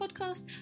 podcast